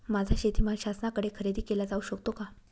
माझा शेतीमाल शासनाकडे खरेदी केला जाऊ शकतो का?